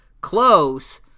close